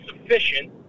sufficient